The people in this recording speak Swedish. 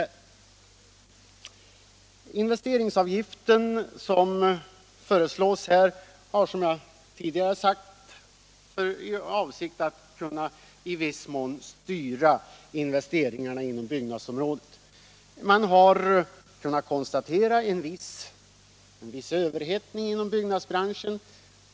Den investeringsavgift som föreslås har, som jag redan sagt, till avsikt att i viss mån styra investeringarna inom byggnadsområdet. Det har konstaterats en viss överhettning inom byggnadsbranschen.